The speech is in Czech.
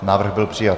Návrh byl přijat.